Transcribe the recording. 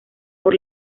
por